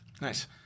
Nice